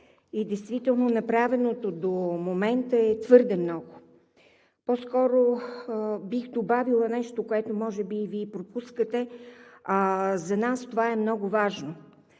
– действително направеното до момента е твърде много. По-скоро бих добавила нещо, което може би Вие пропускате, а за нас това е много важно.